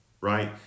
right